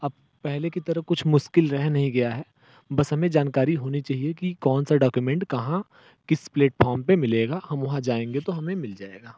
अब पहले की तरह कुछ मुश्किल रह नहीं गया है बस हमें जानकारी होनी चाहिए की कौन सा डाक्यूमेंट कहाँ किस प्लेटफोर्म पर मिलेगा हम वहाँ जाएँगे तो हमें मिल जाएगा